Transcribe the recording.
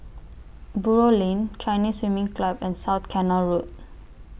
Buroh Lane Chinese Swimming Club and South Canal Road